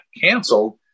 canceled